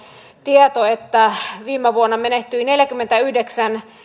tieto että viime vuonna menehtyi neljäkymmentäyhdeksän